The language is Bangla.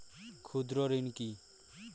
ক্ষুদ্র ঋণ কি?